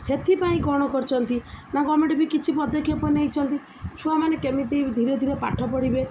ସେଥିପାଇଁ କ'ଣ କରିଛନ୍ତି ନା ଗଭର୍ନମେଣ୍ଟ ବି କିଛି ପଦକ୍ଷେପ ନେଇଛନ୍ତି ଛୁଆମାନେ କେମିତି ଧୀରେ ଧୀରେ ପାଠ ପଢ଼ିବେ